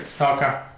Okay